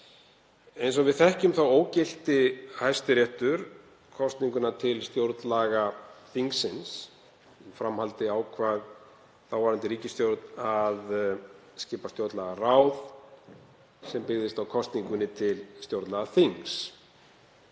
Eins og við þekkjum ógilti Hæstiréttur kosninguna til stjórnlagaþingsins. Í framhaldi ákvað þáverandi ríkisstjórn að skipa stjórnlagaráð sem byggðist á kosningunni til stjórnlagaþings.